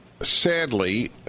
sadly